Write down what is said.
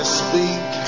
speak